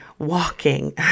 walking